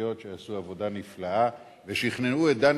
המשפטיות שעשו עבודה נפלאה ושכנעו את דני